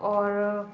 اور